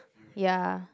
ya